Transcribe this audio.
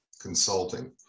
consulting